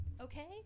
okay